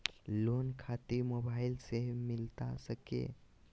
Loan खातिर mobile से मिलता सके?